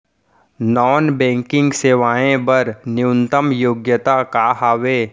Non banking सेवाएं बर न्यूनतम योग्यता का हावे?